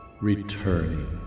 returning